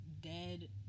dead